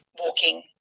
walking